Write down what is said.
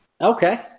Okay